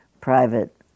private